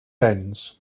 ends